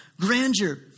grandeur